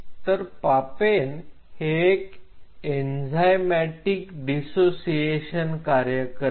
तर पापेन हे एक एन्झाईमॅटिक डीसोसिएशन कार्य करेल